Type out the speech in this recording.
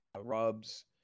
rubs